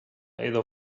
edo